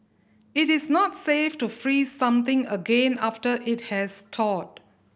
it is not safe to freeze something again after it has thawed